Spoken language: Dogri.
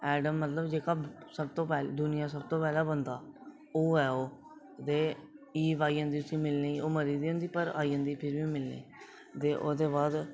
ऐडम मतलब जेहका दुनिया दा सब तूं पैह्ला बंदा ओह् ओह्दे बाद ईब आई जंदी जिसी मिलने गी ओह् मरी दी होंदी ऐ पर ओह् आई जंदी ते ओह्दे बाद